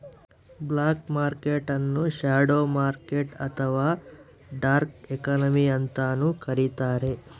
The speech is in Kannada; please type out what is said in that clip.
ಬ್ಲಾಕ್ ಮರ್ಕೆಟ್ ನ್ನು ಶ್ಯಾಡೋ ಮಾರ್ಕೆಟ್ ಅಥವಾ ಡಾರ್ಕ್ ಎಕಾನಮಿ ಅಂತಲೂ ಕರಿತಾರೆ